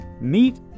meet